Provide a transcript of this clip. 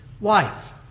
wife